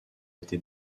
été